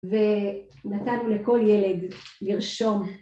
ונתנו לכל ילד לרשום.